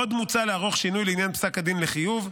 עוד מוצע לערוך שינוי לעניין פסק הדין לחיוב.